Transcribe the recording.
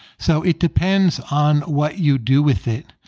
so it depends on what you do with it,